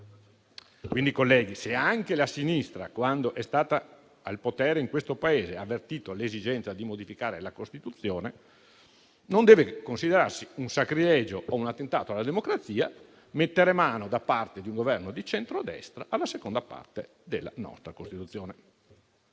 quindi, colleghi, se anche la sinistra, quando è stata al potere in questo Paese, ha avvertito l'esigenza di modificare la Costituzione, non deve considerarsi un sacrilegio o un attentato alla democrazia mettere mano da parte di un Governo di centrodestra alla seconda parte della nostra Costituzione.